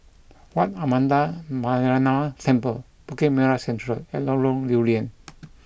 Wat Ananda Metyarama Temple Bukit Merah Central and Lorong Lew Lian